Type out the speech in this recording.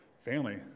Family